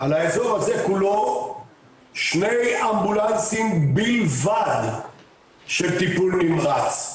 על האזור הזה כולו שני אמבולנסים בלבד של טיפול נמרץ.